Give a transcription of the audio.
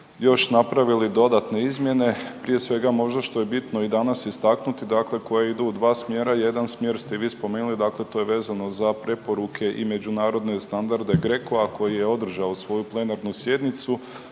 još napravili dodatne izmjene prije svega možda što je bitno i danas istaknuti dakle koje idu u dva smjera. Jedan smjer ste vi spomenuli, dakle to je vezano za preporuke i međunarodne standarde GRECO-a koji je održao svoju plenarnu sjednicu